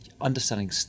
understanding